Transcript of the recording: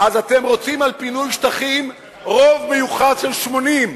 אז אתם רוצים על פינוי שטחים רוב מיוחד של 80,